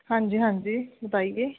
ਹਾਂਜੀ ਹਾਂਜੀ ਬਤਾਈਏ